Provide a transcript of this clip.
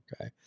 okay